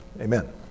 Amen